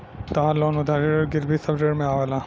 तहार लोन उधारी ऋण गिरवी सब ऋण में आवेला